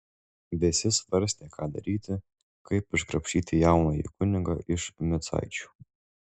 visi svarstė ką daryti kaip iškrapštyti jaunąjį kunigą iš micaičių